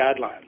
guidelines